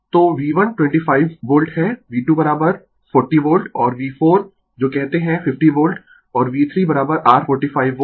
तो V1 25 volt है V2 40 volt और V4 जो कहते है 50 वोल्ट और V3 r 45 वोल्ट